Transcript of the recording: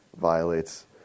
violates